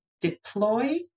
deploy